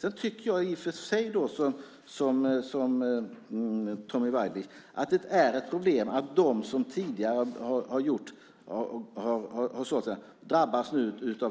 Jag tycker i och för sig som Tommy Waidelich, att det är ett problem att de som tidigare har sålt nu drabbas av